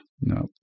No